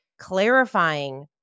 clarifying